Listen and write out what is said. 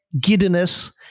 giddiness